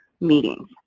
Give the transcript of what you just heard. meetings